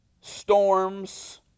storms